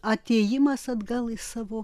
atėjimas atgal į savo